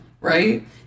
right